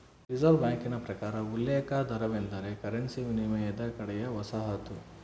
reserve ಬ್ಯಾಂಕಿನ ಪ್ರಕಾರ ಉಲ್ಲೇಖ ದರವೆಂದರೆ ಕರೆನ್ಸಿ ವಿನಿಮಯದ ಕಡೆಯ ವಸಾಹತು